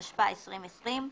התשפ"א-2020,